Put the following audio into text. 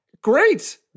Great